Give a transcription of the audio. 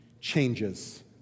changes